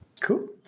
Cool